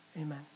amen